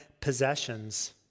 possessions